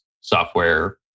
software